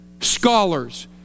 scholars